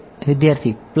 વિદ્યાર્થી પ્લસ